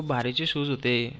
खूप भारीचे शूज होते